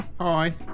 hi